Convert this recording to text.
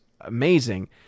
amazing